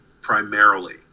primarily